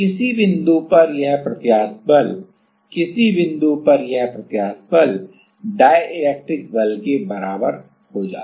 तो किसी बिंदु पर यह प्रत्यास्थ बल किसी बिंदु पर यह प्रत्यास्थ बल इलेक्ट्रोस्टैटिक बल के बराबर हो जाता है